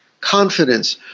confidence